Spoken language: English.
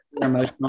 emotional